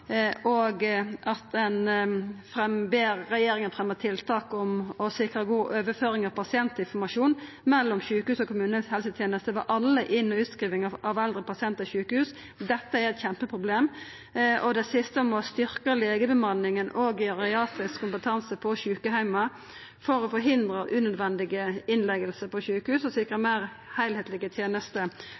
og at ein ber regjeringa fremja tiltak for å sikra god overføring av pasientinformasjon mellom sjukehusa og kommunehelsetenesta ved alle inn- og utskrivingar av eldre pasientar på sjukehus. Dette er eit kjempeproblem. Det siste forslaget handlar om å styrkja legebemanninga og geriatrisk kompetanse på sjukeheimar for å forhindra unødvendige innleggingar på sjukehus og sikra meir heilskaplege tenester